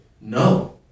No